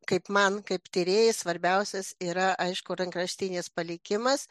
kaip man kaip tyrėjai svarbiausias yra aišku rankraštinis palikimas